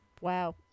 Wow